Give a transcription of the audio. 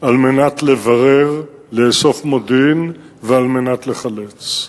על מנת לברר, לאסוף מודיעין, ועל מנת לחלץ.